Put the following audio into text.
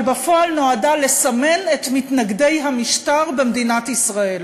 אבל בפועל נועדה לסמן את מתנגדי המשטר במדינת ישראל.